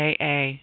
AA